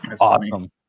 Awesome